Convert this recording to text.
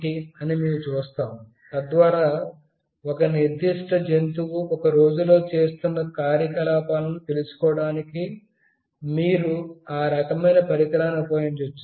అనే దానిని మేము చూస్తాము తద్వారా ఒక నిర్దిష్ట జంతువు ఒక రోజులో చేస్తున్న కార్యకలాపాలను తెలుసుకోవడానికి మీరు ఆ రకమైన పరికరాన్ని ఉపయోగించవచ్చు